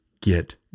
get